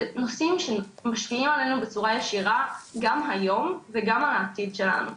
זה נושאים שמשפיעים עלינו בצורה ישירה גם היום וגם על העתיד שלנו,